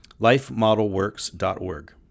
lifemodelworks.org